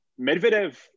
Medvedev